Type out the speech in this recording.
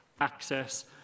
access